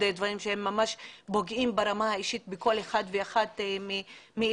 דברים שממש פוגעים ברמה האישית בכל אחד ואחת מאתנו.